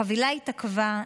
החבילה התעכבה,